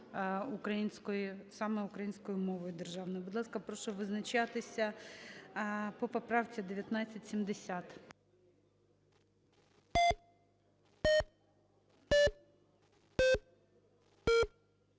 саме українською мовою державною. Будь ласка, прошу визначатися по поправці 1970.